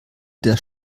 der